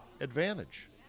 advantage